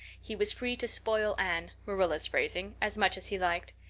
he was free to, spoil anne marilla's phrasing as much as he liked.